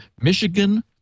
michigan